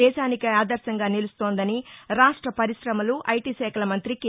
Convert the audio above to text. దేశానికే ఆదర్శంగా నిలుస్తోందని రాష్ట పరిశమలు ఐటీ శాఖల మంత్రి కె